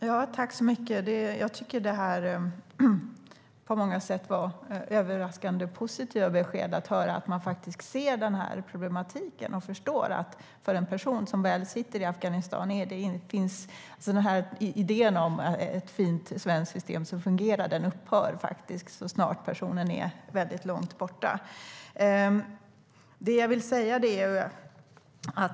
Herr talman! Jag tycker att det på många sätt är överraskande positiva besked att man faktiskt ser problematiken och förstår att om en person väl sitter i Afghanistan upphör idén om ett fint svenskt system som fungerar så snart personen är långt borta.